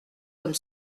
comme